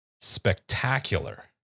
spectacular